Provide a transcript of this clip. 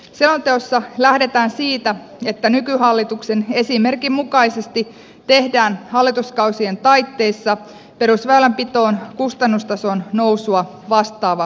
selonteossa lähdetään siitä että nykyhallituksen esimerkin mukaisesti tehdään hallituskausien taitteessa perusväylänpitoon kustannustason nousua vastaava tasokorotus